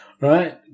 right